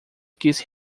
quis